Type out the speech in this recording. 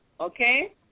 okay